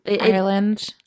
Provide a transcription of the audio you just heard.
Ireland